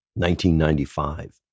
1995